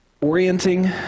orienting